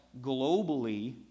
globally